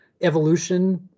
evolution